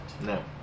No